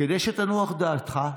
כדי שתנוח דעתך,